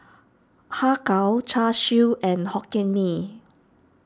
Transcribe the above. Har Kow Char Siu and Hokkien Mee